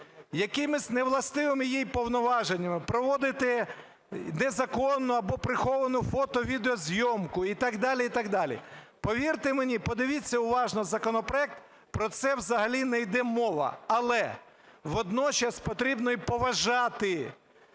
якимись невластивими їй повноваженнями, проводити незаконну або приховану фото-, відеозйомку і так далі, і так далі. Повірте мені, подивіться уважно законопроект, про це взагалі не йде мова. Але водночас потрібно і поважати